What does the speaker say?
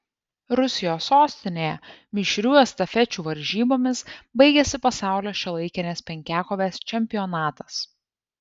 rusijos sostinėje mišrių estafečių varžybomis baigėsi pasaulio šiuolaikinės penkiakovės čempionatas